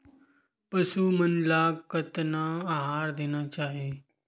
पशु मन ला कतना आहार देना चाही?